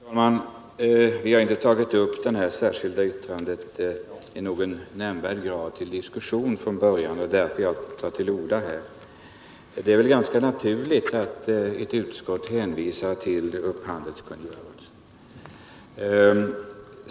Herr talman! Vi har inte från början tagit upp det särskilda yttrandet till diskussion i någon nämnvärd grad. Det är därför som jag tar till orda nu. Det är väl ganska naturligt att ett utskott hänvisar till upphandlingskungörelsen.